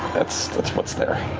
that's that's what's there.